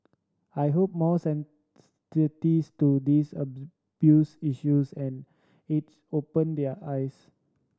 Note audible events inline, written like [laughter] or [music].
I hope more [unintelligible] to these abuse issues and it's opened their eyes